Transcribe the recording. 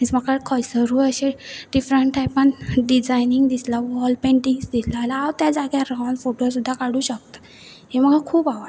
आनी म्हाका खंयसरूय अशें डिफरंट टायपान डिजायनींग दिसला वॉल पेंटिंग्सं जाल्यार हांव त्या जाग्यार रावन फोटो सुद्दा काडूं शकता हें म्हाका खूब आवडटा